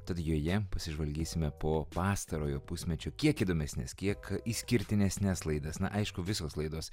tad joje pasižvalgysime po pastarojo pusmečio kiek įdomesnes kiek išskirtinesnes laidas na aišku visos laidos